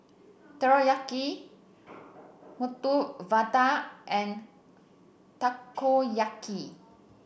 Teriyaki Medu Vada and Takoyaki